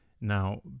Now